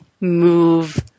move